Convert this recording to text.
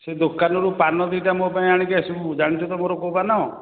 ସେ ଦୋକାନରୁ ପାନ ଦୁଇଟା ମୋ ପାଇଁ ଆଣିକି ଆସିବୁ ଜାଣିଛୁ ତ ମୋର କେଉଁ ପାନ